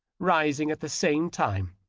rising at the same time.